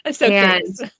Yes